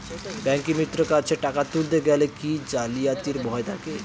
ব্যাঙ্কিমিত্র কাছে টাকা তুলতে গেলে কি জালিয়াতির ভয় থাকে?